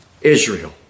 Israel